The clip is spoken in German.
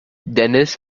dennis